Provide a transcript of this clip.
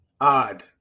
odd